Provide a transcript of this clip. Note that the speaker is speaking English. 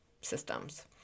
systems